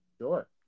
sure